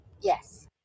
yes